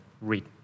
read